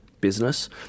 business